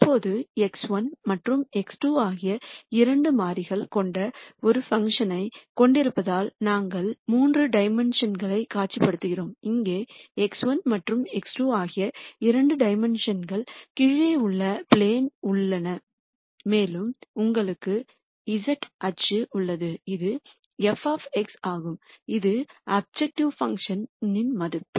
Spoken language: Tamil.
இப்போது x1 மற்றும் x2 ஆகிய இரண்டு மாறிகள் கொண்ட ஒரு பங்க்ஷன் ஐக் கொண்டிருப்பதால் இதை நாங்கள் 3 டைமென்ஷன்ங்களில் காட்சிப்படுத்துகிறோம் இங்கே x1 மற்றும் x2 ஆகிய இரண்டு டைமென்ஷன்ங்கள் கீழே உள்ள ப்ளேனில் உள்ளன மேலும் உங்களுக்கு z அச்சு உள்ளது இது f ஆகும் இது அப்ஜெக்டிவ் பங்க்ஷனின் மதிப்பு